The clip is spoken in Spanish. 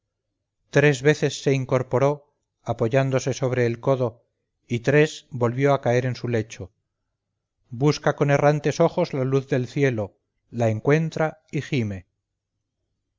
tres veces se incorporó apoyándose sobre el codo y tres volvió a caer en su lecho busca con errantes ojos la luz del cielo la encuentra y gime